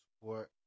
support